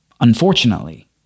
Unfortunately